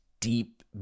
deep